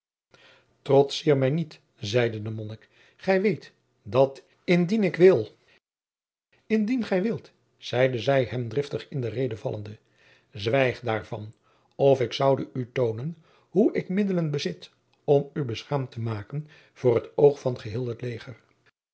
trotseer mij niet zeide de monnik gij weet dat indien ik wil indien gij wilt zeide zij hem driftig in de reden vallende zwijg daarvan of ik zoude u toonen hoe ik middelen bezit om u beschaamd te maken voor t oog van geheel het leger